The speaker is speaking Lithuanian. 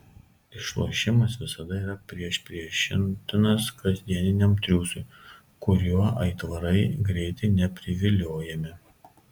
išlošimas visada yra priešpriešintinas kasdieniam triūsui kuriuo aitvarai greitai nepriviliojami